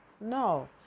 No